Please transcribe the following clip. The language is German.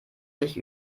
sich